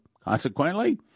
consequently